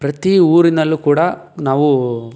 ಪ್ರತಿ ಊರಿನಲ್ಲು ಕೂಡ ನಾವು